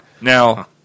Now